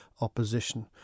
opposition